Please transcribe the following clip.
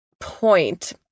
point